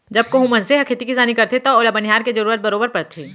जब कोहूं मनसे ह खेती किसानी करथे तव ओला बनिहार के जरूरत बरोबर परथे